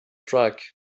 track